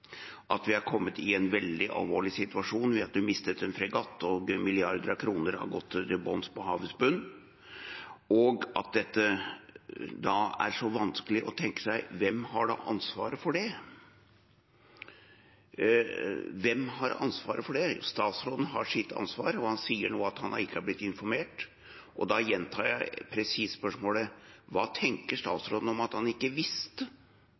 at vi er kommet i en veldig alvorlig situasjon ved at vi mistet en fregatt og milliarder av kroner har gått til bunns og er på havets bunn, og at det da er så vanskelig å tenke seg: Hvem har ansvaret for det? Statsråden har sitt ansvar. Han sier nå at han ikke har blitt informert, og da gjentar jeg presist spørsmålet: Hva tenker statsråden om at han ikke visste